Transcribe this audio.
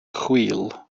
chwil